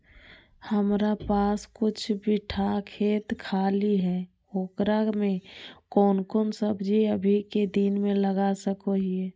हमारा पास कुछ बिठा खेत खाली है ओकरा में कौन कौन सब्जी अभी के दिन में लगा सको हियय?